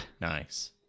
Nice